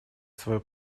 свою